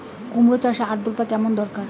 কুমড়ো চাষের আর্দ্রতা কেমন দরকার?